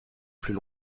plus